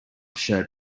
shirt